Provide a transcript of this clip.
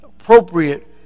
appropriate